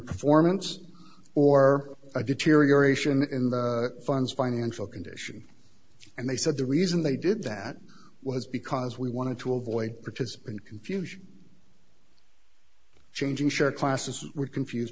performance or a deterioration in the funds financial condition and they said the reason they did that was because we wanted to avoid participant confusion changing share classes were confused